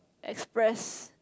express